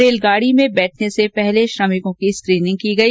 रेलगाड़ी में बैठने से पहले श्रमिकों की स्कीनिंग की गई